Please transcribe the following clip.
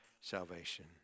salvation